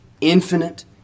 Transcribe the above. infinite